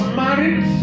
married